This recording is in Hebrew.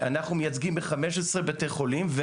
אנחנו מייצגים ב-15 בתי חולים פסיכיאטרים